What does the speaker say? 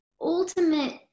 ultimate